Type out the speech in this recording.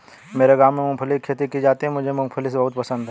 मेरे गांव में मूंगफली की खेती की जाती है मुझे मूंगफली बहुत पसंद है